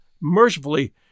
mercifully